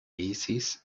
isis